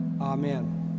Amen